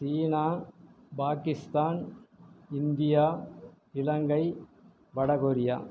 சீனா Pakistan India இலங்கை வடகொரியா